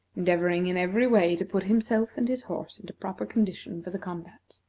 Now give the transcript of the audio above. endeavoring in every way to put himself and his horse into proper condition for the combat.